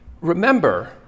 remember